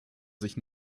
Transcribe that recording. sich